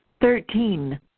Thirteen